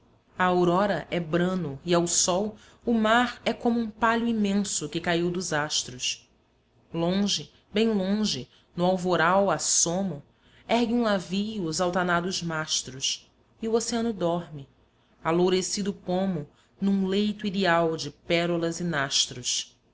à aurora é brano e ao sol o mar é como um pálio imenso que caiu dos astros longe bem longe no alvoral assomo ergue um navio os altanados mastros e o oceano dorme alourecido pomo num leito irial de pérolas e nastros